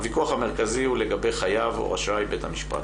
הוויכוח המרכזי הוא לגבי "חייב" או "רשאי בית המשפט".